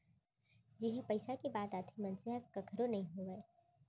जिहाँ पइसा के बात आथे मनसे ह कखरो नइ होवय